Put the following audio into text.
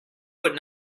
would